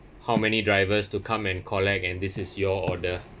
how many drivers to come and collect and this is your order